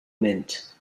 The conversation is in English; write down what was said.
mint